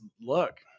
look